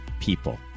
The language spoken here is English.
people